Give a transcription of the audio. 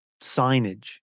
signage